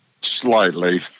Slightly